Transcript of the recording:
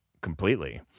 completely